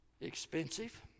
expensive